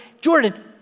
Jordan